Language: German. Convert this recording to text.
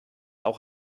auch